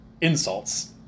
insults